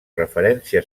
referència